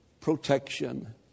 Protection